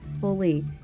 fully